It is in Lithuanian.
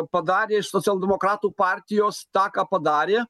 padarė iš socialdemokratų partijos tą ką padarė